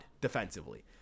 defensively